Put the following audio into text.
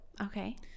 okay